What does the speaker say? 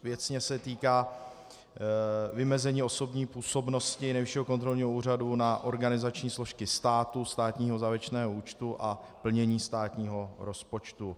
Věcně se týká vymezení osobní působnosti Nejvyššího kontrolního úřadu na organizační složky státu, státního závěrečného účtu a plnění státního rozpočtu.